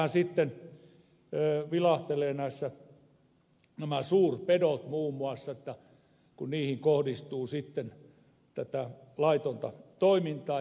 täällähän sitten vilahtelevat muun muassa nämä suurpedot kun niihin kohdistuu laitonta toimintaa